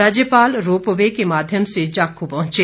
राज्यपाल ropeway के माध्यम से जाखू पहुंचे